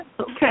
Okay